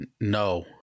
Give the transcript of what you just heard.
no